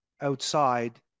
outside